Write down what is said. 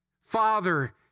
father